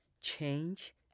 change